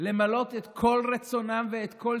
למלא את כל רצונם ואת כל